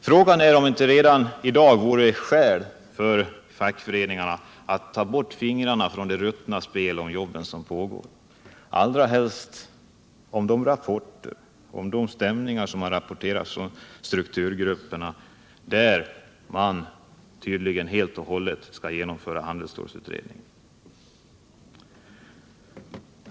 Frågan är om det inte redan i dag vore skäl för fackföreningarna att ta bort fingrarna från det ruttna spel om jobben som pågår enligt de rapporter om stämningar som har kommit från strukturgrupperna, där man tydligen helt och hållet skall genomföra handelsstålsutredningens förslag.